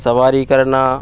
सवारी करना